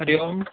हरिः ओम्